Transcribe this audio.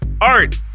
art